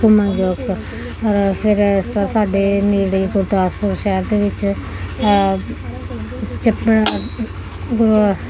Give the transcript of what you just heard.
ਘੁੰਮਣ ਯੋਗ ਔਰ ਫਿਰ ਇਸ ਤਰ੍ਹਾਂ ਸਾਡੇ ਨੇੜੇ ਗੁਰਦਾਸਪੁਰ ਸ਼ਹਿਰ ਦੇ ਵਿੱਚ